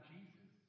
Jesus